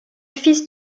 fils